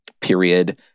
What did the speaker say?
period